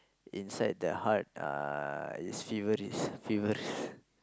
inside the heart uh is feverish feverish